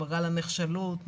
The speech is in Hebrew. ממעגל הנחשלות,